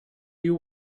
you